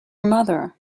mother